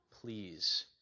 please